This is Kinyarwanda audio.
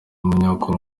umunyakuri